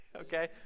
Okay